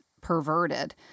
perverted